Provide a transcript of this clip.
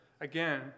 again